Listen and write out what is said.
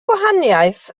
gwahaniaeth